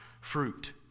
fruit